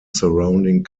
surrounding